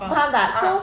faham tak so